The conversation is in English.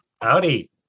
Howdy